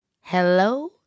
hello